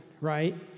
right